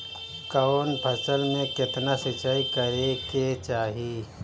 कवन फसल में केतना सिंचाई करेके चाही?